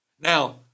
Now